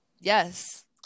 yes